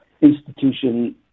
institution